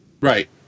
Right